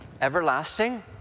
everlasting